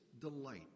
delight